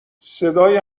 صدای